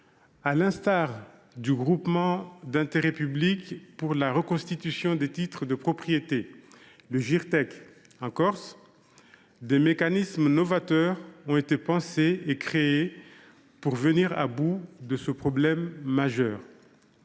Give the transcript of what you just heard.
À l’instar du groupement d’intérêt public pour la reconstitution des titres de propriété en Corse, le Girtec, des mécanismes novateurs ont été conçus pour venir à bout de ce problème majeur.